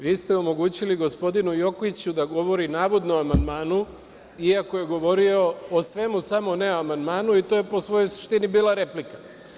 Vi ste omogućili gospodinu Jokiću da govori navodno o amandmanu, iako je govorio o svemu, samo ne o amandmanu i to je po svoj suštini bila replika.